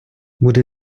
буде